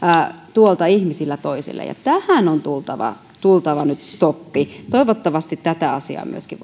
tuolla ihmisiltä toisille ja tähän on tultava tultava nyt stoppi toivottavasti tätä asiaa myöskin